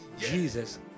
Jesus